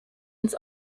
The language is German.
ins